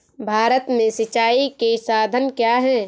भारत में सिंचाई के साधन क्या है?